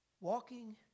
walking